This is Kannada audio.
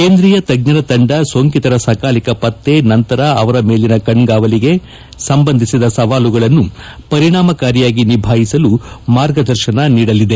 ಕೇಂದ್ರೀಯ ತಜ್ಞರ ತಂಡ ಸೋಂಕಿತರ ಸಕಾಲಿಕ ಪತ್ತೆ ನಂತರ ಅವರ ಮೇಲಿನ ಕಣ್ಗಾವಲಿಗೆ ಸಂಬಂಧಿಸಿದ ಸವಾಲುಗಳನ್ನು ಪರಿಣಾಮಕಾರಿಯಾಗಿ ನಿಭಾಯಿಸಲು ಮಾರ್ಗದರ್ಶನ ನೀಡಲಿದೆ